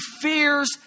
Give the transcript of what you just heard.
fears